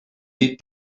dit